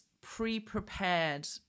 pre-prepared